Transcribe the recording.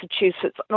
Massachusetts